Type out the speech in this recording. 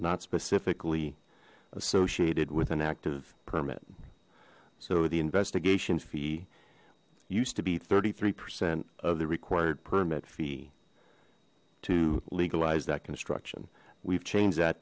not specifically associated with an active permit so the investigations fee used to be thirty three percent of the required permit fee to legalize that construction we've changed that